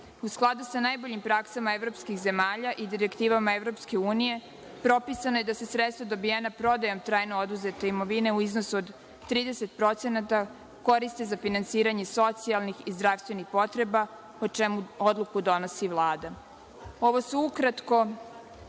skladu sa najboljim praksama evropskih zemalja i direktivama EU propisano je da se sredstva dobijena prodajom trajno oduzete imovine u iznosu od 30% koriste za finansiranje socijalnih i zdravstvenih potreba, po čemu odluku donosi Vlada. Ovo